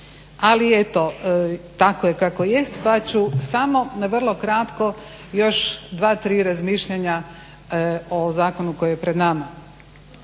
ali eto tako je kako jest pa ću samo vrlo kratko još dva-tri razmišljanja o zakonu koji je pred nama.